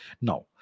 now